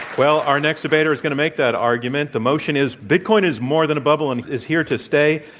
well, our next debater is going to make that argument. the motion is bitcoin is more than a bubble and is here to stay.